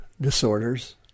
disorders